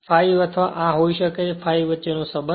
∅ અથવા આ હોઈ શકે ∅ વચ્ચેનો સંબંધ